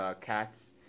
cats